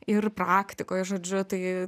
ir praktikoj žodžiu tai